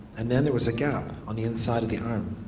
and then there was a gap on the inside of the arm.